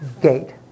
gate